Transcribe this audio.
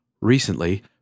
Recently